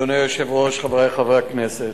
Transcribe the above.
אדוני היושב-ראש, חברי חברי הכנסת,